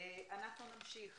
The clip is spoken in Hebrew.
אנחנו נמשיך.